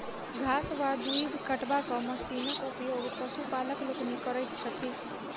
घास वा दूइब कटबाक मशीनक उपयोग पशुपालक लोकनि करैत छथि